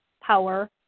power